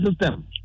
system